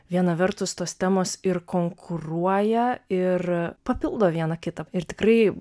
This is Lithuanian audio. viena vertus tos temos ir konkuruoja ir papildo viena kitą ir tikrai